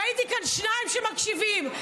ראיתי כאן שניים שמקשיבים.